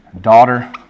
daughter